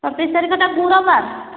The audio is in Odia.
ସତେଇଶ ତାରିଖଟା ଗୁରୁବାର